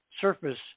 surface